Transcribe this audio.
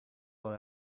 what